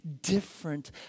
different